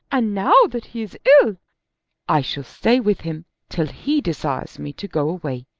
and now that he is ill i shall stay with him till he desires me to go away.